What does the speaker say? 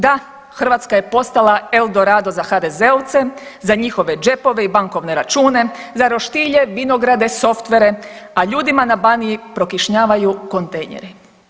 Da, Hrvatska je postala El Dorado za hadezeovce, za njihove džepove i bankovne račune, za roštilje, vinograde, softvere, a ljudima na Baniji prokišnjavaju kontejneri.